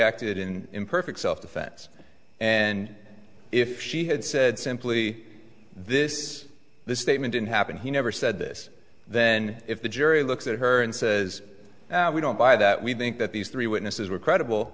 acted in imperfect self defense and if she had said simply this this statement didn't happen he never said this then if the jury looks at her and says we don't buy that we think that these three witnesses were credible